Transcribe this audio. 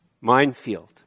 Minefield